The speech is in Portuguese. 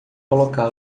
colocá